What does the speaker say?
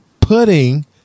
putting